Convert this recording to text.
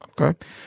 Okay